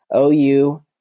OU